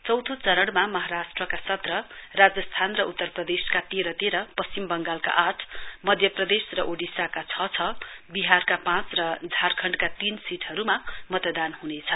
चौथो चरणमा महाराष्ट्रका सत्र राजस्थान र उत्तर प्रदेशका तेह्र तेह्र पश्चिम बंगालका आठ मध्यप्रदेश र ओडिसाका छछ विहारका पाँच र झारखणाडका तीन सीटहरूमा सतदान ह्नेछ